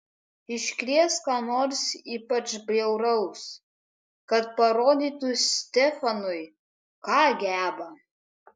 iškrės ką nors ypač bjauraus kad parodytų stefanui ką geba